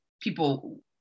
people